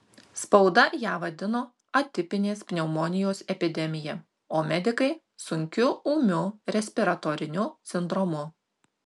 spauda ją vadino atipinės pneumonijos epidemija o medikai sunkiu ūmiu respiratoriniu sindromu